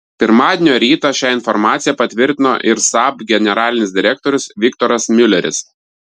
pirmadienio rytą šią informaciją patvirtino ir saab generalinis direktorius viktoras miuleris